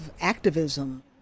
activism